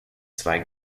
zwei